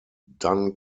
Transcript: dun